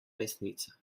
resnica